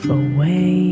away